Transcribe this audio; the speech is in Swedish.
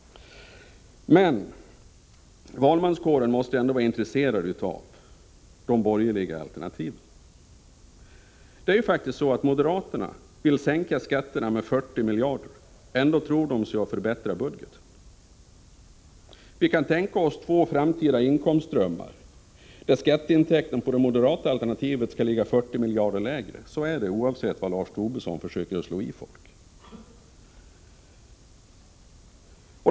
Men valmanskåren måste ändå vara intresserad av de borgerliga alternativen. Moderaterna vill sänka skatterna med 40 miljarder och tror sig ändå kunna förbättra budgeten. Låt oss föreställa oss två framtida inkomstströmmar, där skatteintäkten i det moderata alternativet ligger 40 miljarder lägre. Så är det, oavsett vad Lars Tobisson försöker slå i folk.